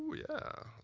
yeah.